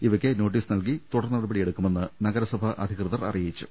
ഇവയ്ക്ക് നോട്ടീസ് നൽകി തുടർ നടപടി യെടുക്കുമെന്ന് നഗരസഭ അധികൃതർ അറിയിച്ചു